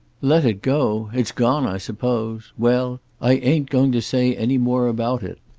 let it go! it's gone i suppose. well i ain't going to say any more about it.